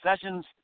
Sessions